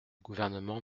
gouvernement